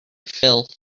filth